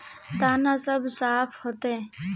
दाना सब साफ होते?